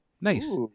Nice